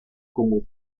como